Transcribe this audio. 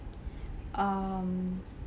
um